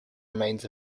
remains